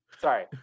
sorry